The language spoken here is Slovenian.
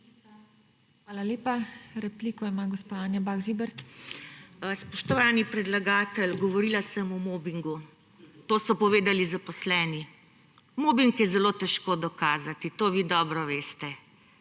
Hvala lepa. Repliko ima gospa Anja Bah Žibert. **ANJA BAH ŽIBERT (PS SDS):** Spoštovani predlagatelj, govorila sem o mobingu. To so povedali zaposleni. Mobing je zelo težko dokazati, to vi dobro veste.